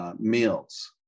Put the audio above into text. meals